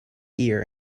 ear